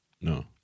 No